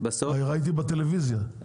ראיתי בטלוויזיה.